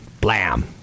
Blam